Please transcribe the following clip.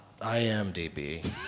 IMDb